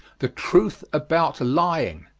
the truth about lying.